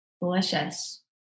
Delicious